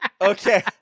Okay